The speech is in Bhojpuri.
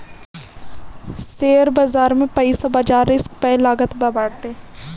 शेयर बाजार में पईसा बाजार रिस्क पअ लागत बाटे